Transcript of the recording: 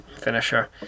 finisher